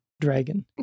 dragon